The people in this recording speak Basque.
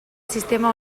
sistema